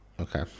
Okay